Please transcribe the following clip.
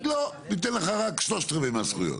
ואומרת, לא, ניתן לך רק שלושת-רבעי הזכויות.